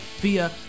via